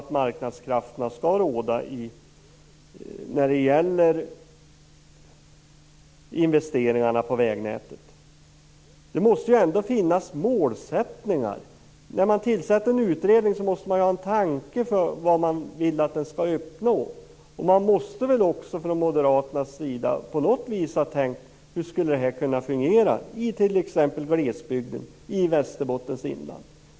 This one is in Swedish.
Om marknadskrafterna skall råda i fråga om investeringarna i vägnätet måste det väl ändå finnas målsättningar. När man tillsätter en utredning måste man väl ha en tanke om vad man vill att den skall uppnå. Moderaterna måste på något vis ha tänkt sig hur det här skall kunna fungera i t.ex. glesbygden i Västerbottens inland.